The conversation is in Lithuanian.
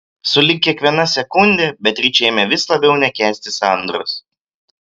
sulig kiekviena sekunde beatričė ėmė vis labiau nekęsti sandros